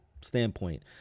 standpoint